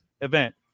event